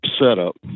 setup